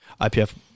IPF